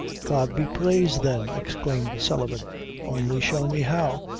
god be praised then! exclaimed sullivan only show me how,